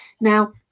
now